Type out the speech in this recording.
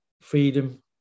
freedom